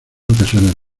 ocasiones